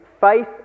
faith